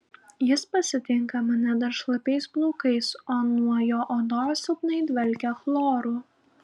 jis pasitinka mane dar šlapiais plaukais o nuo jo odos silpnai dvelkia chloru